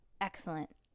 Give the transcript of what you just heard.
Excellent